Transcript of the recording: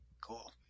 Cool